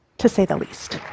to say the least.